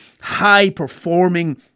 high-performing